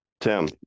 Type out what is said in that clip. Tim